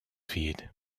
feet